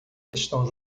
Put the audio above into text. estão